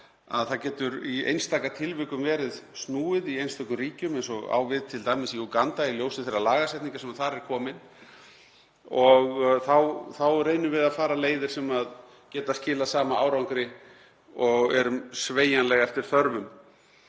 það getur í einstaka tilvikum verið snúið í einstökum ríkjum, eins og á við t.d. í Úganda í ljósi þeirrar lagasetningar sem þar er komin. Þá reynum við að fara leiðir sem geta skilað sama árangri og erum sveigjanleg eftir þörfum.